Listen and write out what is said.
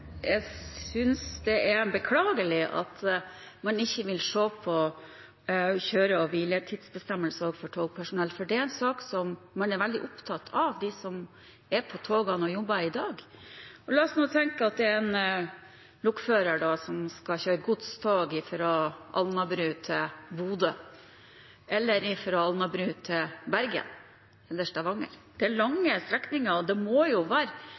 beklagelig at man ikke vil se på kjøre- og hviletidsbestemmelser for togpersonell, for det er en sak de er veldig opptatt av, de som er på togene og jobber i dag. La oss tenke oss en lokfører som skal kjøre godstog fra Alnabru til Bodø, eller fra Alnabru til Bergen eller til Stavanger. Det er lange strekninger, og det må jo da være